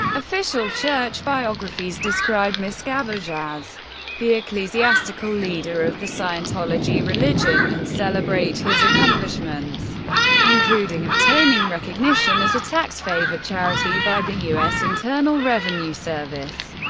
official church biographies describe miscavige as the ecclesiastical leader of the scientology religion and celebrate his accomplishments including obtaining recognition as a tax-favored charity by the us internal revenue service,